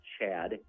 CHAD